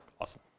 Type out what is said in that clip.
awesome